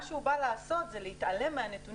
מה שהוא בא לעשות זה להתעלם מהנתונים